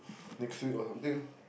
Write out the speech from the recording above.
next week or something ah